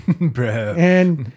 Bro